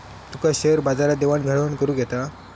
तुका share बाजारात देवाण घेवाण करुक येता?